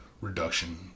reduction